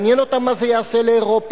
מעניין אותם מה זה יעשה לאירופה,